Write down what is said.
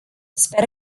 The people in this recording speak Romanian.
sper